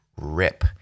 rip